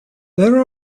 there